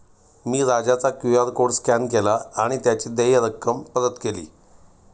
मी राजाचा QR code scan केला आणि त्याची देय रक्कम परत केली